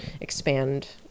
expand